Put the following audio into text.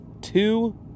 two